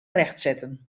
rechtzetten